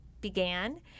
began